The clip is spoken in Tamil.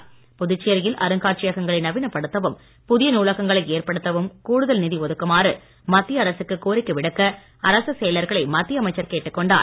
ஆலோசனை புதுச்சேரியில் அருங்காட்சியங்களை நவீனப்படுத்தவும் புதிய நூலகங்களை ஏற்படுத்தவும் கூடுதல் நிதி ஒதுக்குமாறு மத்திய அரசுக்கு கோரிக்கை விடுக்க அரசுச் செயலர்களை மத்திய அமைச்சர் கேட்டுக் கொண்டார்